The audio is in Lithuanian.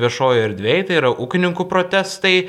viešojoj erdvėj tai yra ūkininkų protestai